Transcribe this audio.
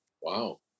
Wow